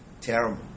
Terrible